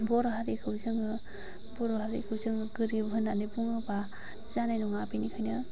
बर' हारिखौ जोङो बर' हारिखौ जोङो गोरिब होननानै बुङोबा जानाय नङा बेनिखायनो